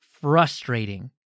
frustrating